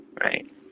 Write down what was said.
right